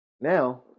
now